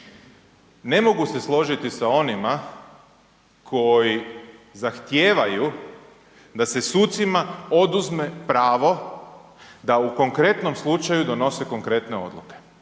Ne mogu se složiti sa onima koji zahtijevaju da se sucima oduzme pravo da u konkretnom slučaju donose konkretne odluke.